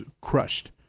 crushed